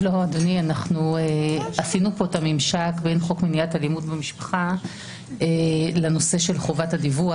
עשינו כאן את הממשק בין חוק למניעת אלימות במשפחה לנושא של חובת הדיווח.